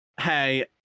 hey